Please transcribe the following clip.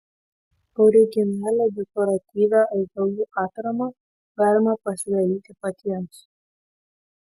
originalią dekoratyvią augalų atramą galima pasidaryti patiems